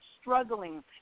struggling